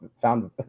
found